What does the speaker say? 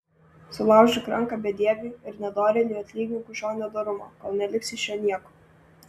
sulaužyk ranką bedieviui ir nedorėliui atlygink už jo nedorumą kol neliks iš jo nieko